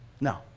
No